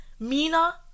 Mina